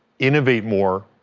innovate more,